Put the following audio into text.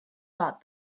thought